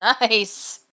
Nice